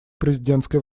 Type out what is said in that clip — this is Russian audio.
президентской